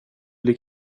bli